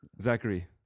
Zachary